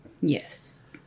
Yes